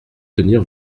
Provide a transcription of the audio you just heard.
tenir